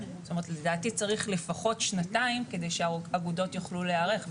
לדעתי צריך לפחות שנתיים כדי שהאגודות יוכלו להיערך.